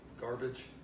garbage